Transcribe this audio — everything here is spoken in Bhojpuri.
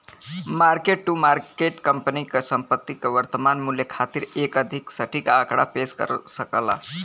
मार्क टू मार्केट कंपनी क संपत्ति क वर्तमान मूल्य खातिर एक अधिक सटीक आंकड़ा पेश कर सकला